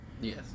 Yes